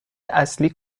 اصلی